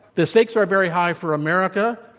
the stakes are are very high for america